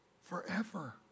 forever